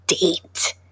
date